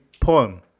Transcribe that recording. poem